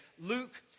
Luke